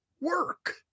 work